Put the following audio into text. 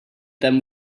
them